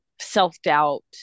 self-doubt